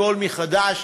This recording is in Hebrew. הכול מחדש.